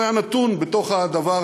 הוא היה נתון בתוך הדבר,